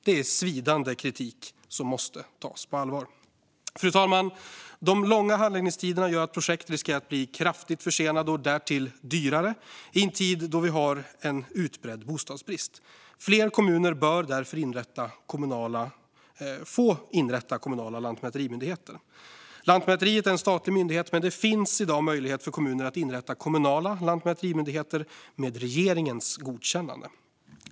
Det är svidande kritik som måste tas på allvar. Fru talman! De långa handläggningstiderna gör att projekt riskerar att bli kraftigt försenade och därtill dyrare i en tid då vi har en utbredd bostadsbrist. Fler kommuner bör därför få inrätta kommunala lantmäterimyndigheter. Lantmäteriet är en statlig myndighet, men det finns i dag möjlighet för kommuner att inrätta kommunala lantmäterimyndigheter med regeringens godkännande.